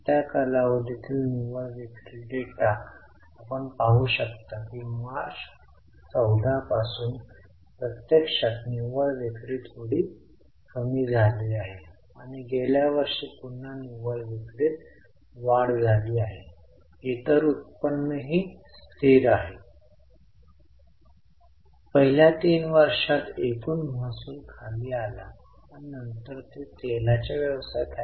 यापेक्षा अगदी सोप्या गोष्टीत तुम्हाला हे लक्षात असू शकते की रोख आणि सीएलचा एकमेकांशी आपुलकी आहे ते एकत्र जातील जेव्हा कॅश आणि सीए स्पर्धा घेत असतील तर ते सीएलच्या अगदी उलट लक्षात राहतील आणि त्याची उलट हालचाल सध्याच्या मालमत्तेसाठी आहे